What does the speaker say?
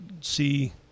see